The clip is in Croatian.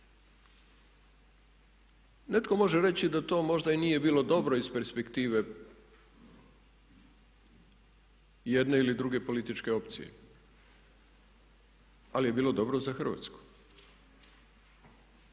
Netko može reći da to možda i nije bilo dobro iz perspektive jedne ili druge političke opcije, ali je bilo dobro za Hrvatsku.